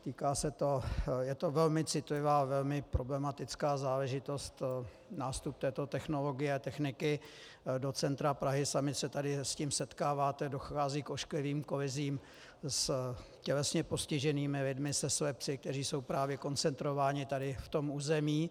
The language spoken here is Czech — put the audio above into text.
Týká se to, je to velmi citlivá a velmi problematická záležitost, nástup této technologie, techniky do centra Prahy, sami se tady s tím setkáváte, dochází k ošklivým kolizím s tělesně postiženými lidmi, se slepci, kteří jsou právě koncentrováni tady v tom území.